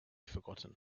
forgotten